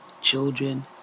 children